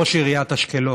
ראש עיריית אשקלון,